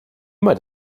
might